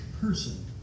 person